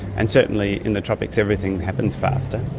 and certainly in the tropics everything happens faster.